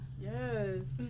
Yes